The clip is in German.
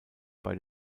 bei